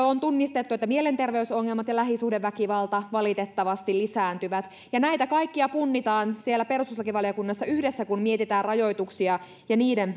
on tunnistettu että mielenterveysongelmat ja lähisuhdeväkivalta valitettavasti lisääntyvät ja näitä kaikkia punnitaan siellä perustuslakivaliokunnassa yhdessä kun mietitään rajoituksia ja niiden